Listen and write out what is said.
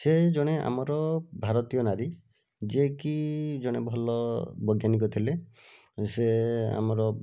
ସେ ଜଣେ ଆମର ଭାରତୀୟ ନାରୀ ଯିଏକି ଜଣେ ଭଲ ବୈଜ୍ଞାନିକ ଥିଲେ ସେ ଆମର